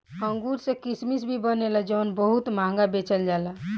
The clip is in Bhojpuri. अंगूर से किसमिश भी बनेला जवन बहुत महंगा बेचल जाला